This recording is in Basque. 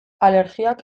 alergiak